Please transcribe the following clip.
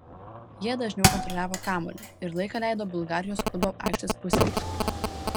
jie dažniau kontroliavo kamuolį ir laiką leido bulgarijos klubo aikštės pusėje